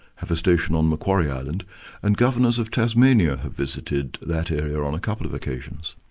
have a station on macquarie island and governors of tasmania have visited that area on a couple of occasions.